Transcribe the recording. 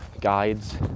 guides